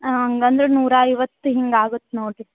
ಹಾಂ ಹಂಗಂದ್ರ್ ನೂರಾ ಐವತ್ತು ಹಿಂಗೆ ಆಗುತ್ತೆ ನೋಡು ರೀ